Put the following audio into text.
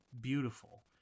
beautiful